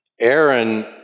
Aaron